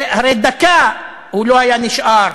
הרי דקה הוא לא היה נשאר